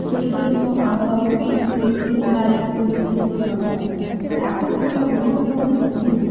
সেই জন্য আমরাও এই যে এই কাজ করতে ভয় পাই এখন আমরা বলতে পারি যে